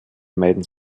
meiden